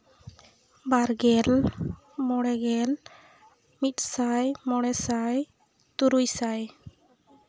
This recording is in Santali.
ᱵᱟᱨᱜᱮᱞ ᱢᱚᱬᱮ ᱜᱮᱞ ᱢᱤᱫᱥᱟᱭ ᱢᱚᱬᱮ ᱥᱟᱭ ᱛᱩᱨᱩᱭ ᱥᱟᱭ